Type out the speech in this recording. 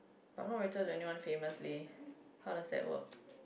but I'm not related to anyone famous leh how does that work